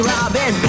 Robin